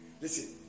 listen